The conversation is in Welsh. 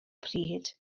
pryd